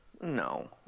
No